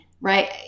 right